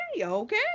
Okay